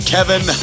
Kevin